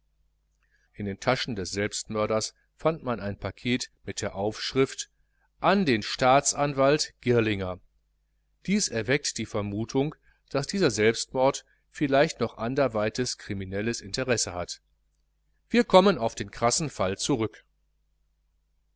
in den taschen des selbstmörders fand man ein packet mit der aufschrift an den staatsanwalt girlinger dies erweckt die vermutung daß dieser selbstmord vielleicht noch anderweites kriminelles interesse hat wir kommen auf den krassen fall zurück